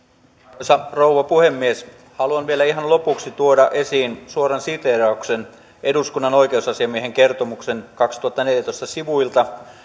arvoisa rouva puhemies haluan vielä ihan lopuksi tuoda esiin suoran siteerauksen eduskunnan oikeusasiamiehen kertomuksen kaksituhattaneljätoista sivuilta